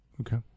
Okay